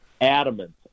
adamant